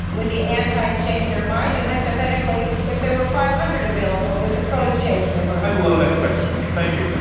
would the antis change their mind? and hypothetically, if there were five hundred available, would the pros change their mind? i love that question. thank you.